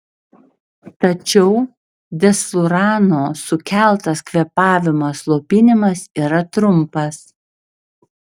tačiau desflurano sukeltas kvėpavimo slopinimas yra trumpas